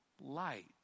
light